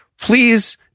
please